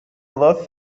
lost